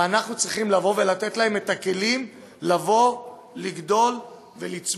ואנחנו צריכים לבוא ולתת להם את הכלים לגדול ולצמוח.